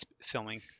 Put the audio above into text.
Filming